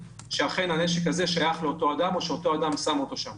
שאכן הנשק הזה שייך לאותו אדם או שאותו אדם הניח אותו שם.